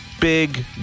big